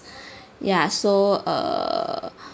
ya so err